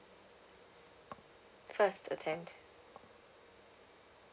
first attempt